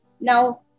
Now